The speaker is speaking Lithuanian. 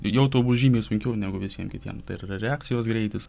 jau tau bus žymiai sunkiau negu visiem kitiem yra reakcijos greitis